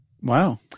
Wow